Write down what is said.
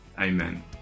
Amen